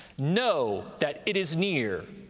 know that it is near,